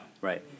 right